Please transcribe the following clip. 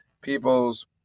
people's